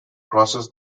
crosses